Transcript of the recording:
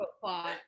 plot